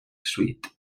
sweet